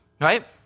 right